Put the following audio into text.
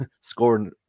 scoring